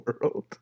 world